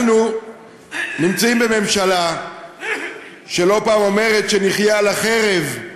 אנחנו נמצאים בממשלה שלא פעם אומרת שנחיה על החרב,